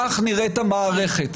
כך נראית המערכת,